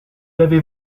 l’avez